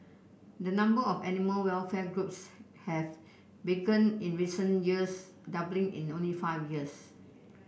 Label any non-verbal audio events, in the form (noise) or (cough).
the number of animal welfare groups have (unintelligible) in recent years doubling in only five years